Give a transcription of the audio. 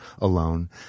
alone